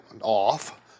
off